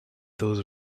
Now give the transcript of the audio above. those